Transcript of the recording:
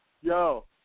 yo